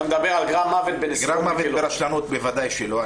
גרם מוות ברשלנות, בוודאי שלא.